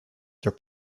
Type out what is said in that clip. their